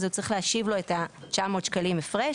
אז הוא צריך להשיב לו את 900 השקלים הפרש.